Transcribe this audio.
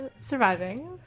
surviving